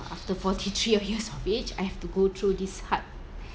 after forty three of years of age I have to go through this hard